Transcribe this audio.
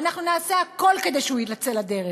ואנחנו נעשה הכול כדי שהוא יצא לדרך,